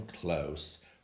Close